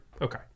okay